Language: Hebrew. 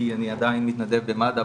כי אני עדיין מתנדב במד"א,